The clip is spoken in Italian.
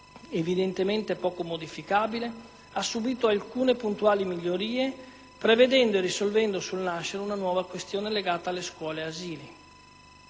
evidentemente poco modificabile ha subìto alcune puntuali migliorie prevedendo e risolvendo sul nascere una nuova questione legata alle scuole e agli